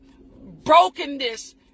brokenness